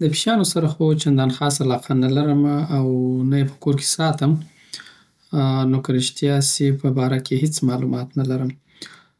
د پشیانوسره خو چندان خاصه علاقه نلرمه او نه یی په کور کی ساتم. نو که رشتیاسی په باره کیی یی هیڅ معلومات نلرم